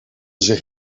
zich